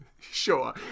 Sure